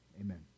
Amen